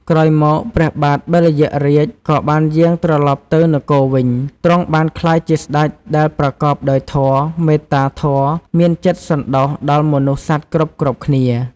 ក្រោយមក ព្រះបាទបិលយក្សរាជក៏បានយាងត្រឡប់ទៅនគរវិញ ទ្រង់បានក្លាយជាស្តេចដែលប្រកបដោយធម៌ មេត្តាធម៌ មានចិត្តសណ្ដោសដល់មនុស្សសត្វគ្រប់ៗគ្នា។